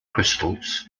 crystals